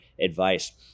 advice